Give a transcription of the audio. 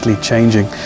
Changing